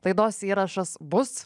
laidos įrašas bus